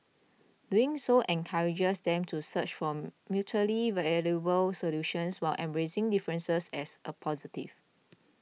doing so encourages them to search for mutually valuable solutions while embracing differences as a positive